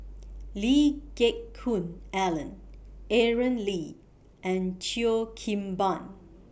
Lee Geck Hoon Ellen Aaron Lee and Cheo Kim Ban